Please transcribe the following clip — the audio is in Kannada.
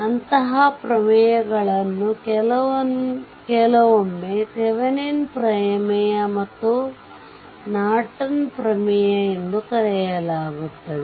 ಅಂತಹ ಪ್ರಮೇಯಗಳನ್ನು ಕೆಲವೊಮ್ಮೆ ಥೆವೆನಿನ್ ಪ್ರಮೇಯThevenin's theorem ಮತ್ತು ನಾರ್ಟನ್ ಪ್ರಮೇಯNorton's theorem ಎಂದು ಕರೆಯಲಾಗುತ್ತದೆ